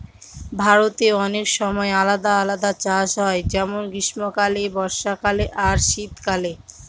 ভারতে অনেক সময় আলাদা আলাদা চাষ হয় যেমন গ্রীস্মকালে, বর্ষাকালে আর শীত কালে